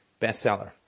bestseller